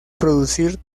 producir